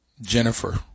Jennifer